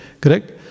correct